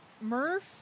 Murph